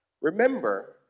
Remember